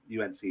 UNC